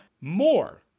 more